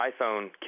iPhone